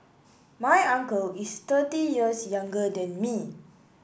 my uncle is thirty years younger than me